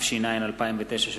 התש"ע 2009,